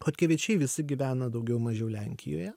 chodkevičiai visi gyvena daugiau mažiau lenkijoje